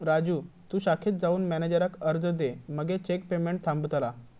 राजू तु शाखेत जाऊन मॅनेजराक अर्ज दे मगे चेक पेमेंट थांबतला